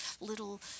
little